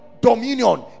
dominion